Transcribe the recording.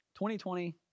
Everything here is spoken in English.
2020